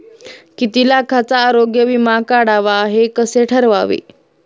किती लाखाचा आरोग्य विमा काढावा हे कसे ठरवावे?